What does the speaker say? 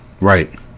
Right